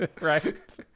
right